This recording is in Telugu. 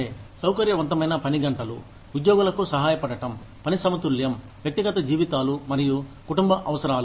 సౌకర్యవంతమైన పని గంటలు ఉద్యోగులకూ సహాయపడటం పని సమతుల్యం వ్యక్తిగత జీవితాలు మరియు కుటుంబ అవసరాలు